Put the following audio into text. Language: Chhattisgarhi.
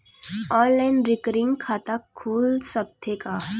ऑनलाइन रिकरिंग खाता खुल सकथे का?